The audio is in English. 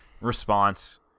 response